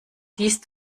siehst